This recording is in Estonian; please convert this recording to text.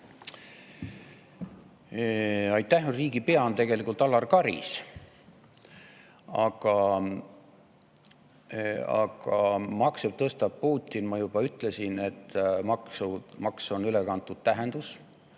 Aitäh! Riigipea on tegelikult Alar Karis. Aga makse tõstab Putin. Ma juba ütlesin, et "maks" on siin ülekantud tähenduses.